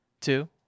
two